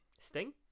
Sting